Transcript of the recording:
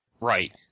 Right